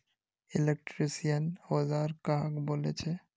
Electrician औजार कहाक बोले छे?